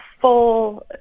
full